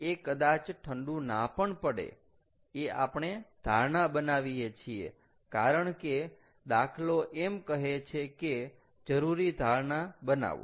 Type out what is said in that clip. એ કદાચ ઠંડુ ના પણ પડે એ આપણે ધારણા બનાવીએ છીએ કારણ કે દાખલો એમ કહે છે કે જરૂરી ધારણા બનાવો